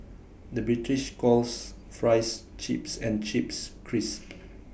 the British calls Fries Chips and Chips Crisps